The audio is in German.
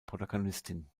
protagonistin